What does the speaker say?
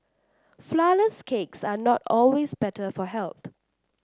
flourless cakes are not always better for health